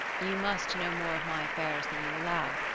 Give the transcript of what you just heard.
you must know more of my affairs than you allow.